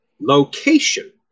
location